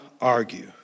argue